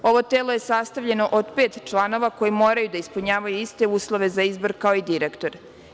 Ovo telo je sastavljeno od pet članova koji moraju da ispunjavaju iste uslove za izbor, kao i direktor.